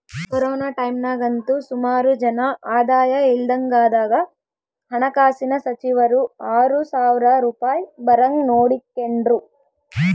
corona ಟೈಮ್ನಾಗಂತೂ ಸುಮಾರು ಜನ ಆದಾಯ ಇಲ್ದಂಗಾದಾಗ ಹಣಕಾಸಿನ ಸಚಿವರು ಆರು ಸಾವ್ರ ರೂಪಾಯ್ ಬರಂಗ್ ನೋಡಿಕೆಂಡ್ರು